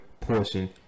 portion